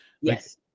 Yes